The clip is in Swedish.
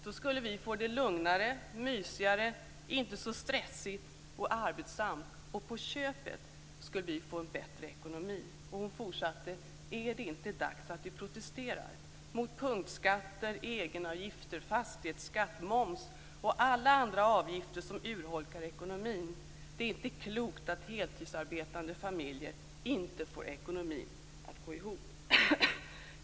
Då skulle vi få det lugnare, mysigare, inte så stressigt och arbetsamt, och på köpet skulle vi få en bättre ekonomi." Hon fortsatte: "Är det inte dags att vi protesterar? Mot punktskatter, egenavgifter, fastighetsskatt, moms och alla andra avgifter som urholkar vår ekonomi. Det är inte klokt att heltidsarbetande familjer inte får ekonomin att gå ihop."